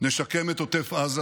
נשקם את עוטף עזה